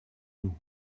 nous